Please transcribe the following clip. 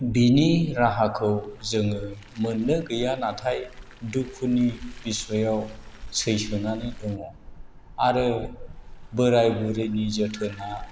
बिनि राहाखौ जोङो मोननो गैया नाथाय दुखुनि बिसयआव सैसोनानै दङ आरो बोराय बुरैनि जोथोना